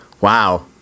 Wow